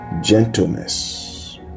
gentleness